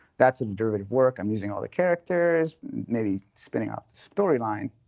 that's a derivative work. i'm using all the characters, maybe spinning off the story line.